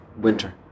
winter